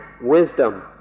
wisdom